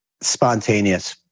spontaneous